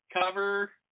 cover